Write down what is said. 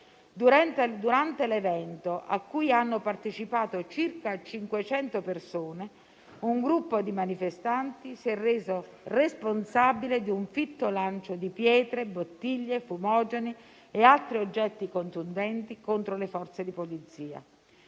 Durante l'evento, cui hanno partecipato circa 500 persone, un gruppo di manifestanti si è reso responsabile di un fitto lancio di pietre e bottiglie, fumogeni e altri oggetti contundenti contro le Forze di polizia.